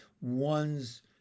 one's